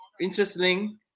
interesting